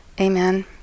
Amen